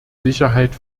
sicherheit